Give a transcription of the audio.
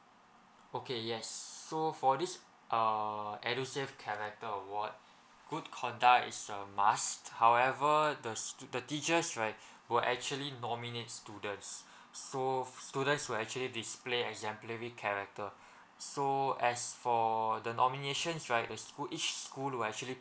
okay yes so for this uh edusave character award good conduct is a must however the the teachers right will actually nominate students so students who actually display exemplary character so as for the nominations right the school each school will actually